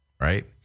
Right